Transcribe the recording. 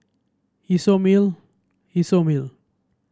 isomil isomil